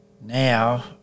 Now